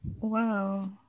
Wow